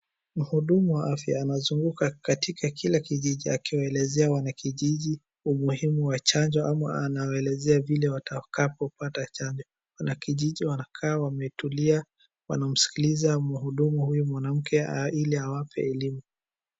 Mhudumu wa afya anazunguka katika kila kijiji akiwaelezea wanakijiji umuhimu wa chanjo, ama anawaelezea vile watakapo pata chanjo. Wanakijiji wanakaa wametulia wanamskiliza mhudumu huyu mwanamke ili awape elimu.